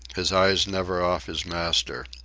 his eyes never off his master.